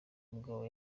mugabo